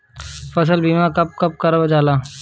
फसल बीमा का कब कब करव जाला?